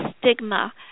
stigma